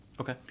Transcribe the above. Okay